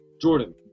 Jordan